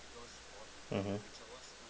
mmhmm